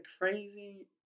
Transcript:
crazy